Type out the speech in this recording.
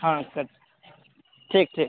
हाँ सब ठीक ठीक